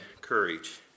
courage